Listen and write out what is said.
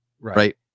Right